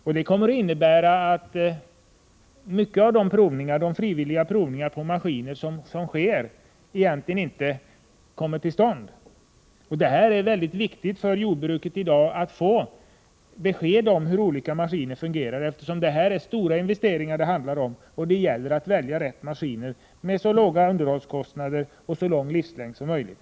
Detta kommer att innebära att mycket av de frivilliga provningar av maskiner som sker i dag inte kommer till stånd. Det är mycket viktigt för jordbrukarna att få besked om hur olika maskiner verkligen fungerar, eftersom det handlar om stora investeringar. Det gäller att välja rätt maskin, med så låga underhållskostnader och så lång livslängd som möjligt.